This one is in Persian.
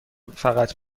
فقط